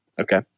Okay